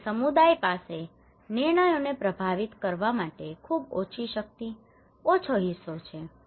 તેથી સમુદાય પાસે નિર્ણયોને પ્રભાવિત કરવા માટે ખૂબ ઓછી શક્તિ ખૂબ ઓછી હિસ્સો છે